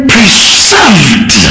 Preserved